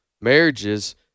marriages